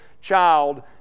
child